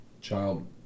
child